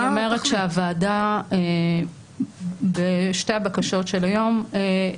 אני אומרת שהוועדה, בשתי הבקשות של היום,